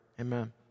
Amen